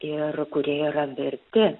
ir kurie yra verti